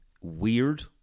weird